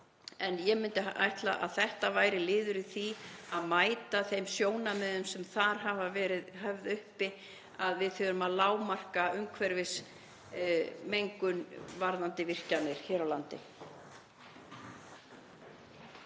En ég myndi ætla að þetta væri liður í því að mæta þeim sjónarmiðum sem þar hafa verið höfð uppi, að við þurfum að lágmarka umhverfismengun virkjana hér á landi.